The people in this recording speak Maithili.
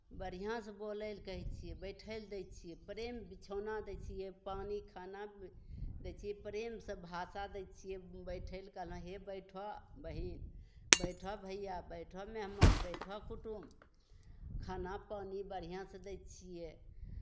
बढ़िआँसँ बोलै लए कहै छियै बैठय लए दै छियै प्रेम बिछौना दै छियै पानि खाना दै छियै प्रेमसँ भाषा दै छियै बैठय लए कहलहुँ हे बैठह बहीन बैठह भैया बैठह मेहमान बैठह कुटुम खाना पानि बढ़िआँसँ दै छियै